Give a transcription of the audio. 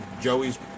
Joey's